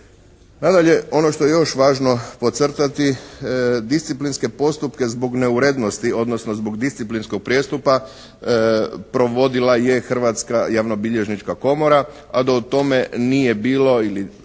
Nadalje ono što je još važno podcrtati, disciplinske postupke zbog neurednosti, odnosno zbog disciplinskog prijestupa provodila je Hrvatska javnobilježnička komora a da o tome nije bilo ili